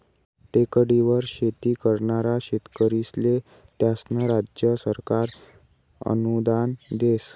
टेकडीवर शेती करनारा शेतकरीस्ले त्यास्नं राज्य सरकार अनुदान देस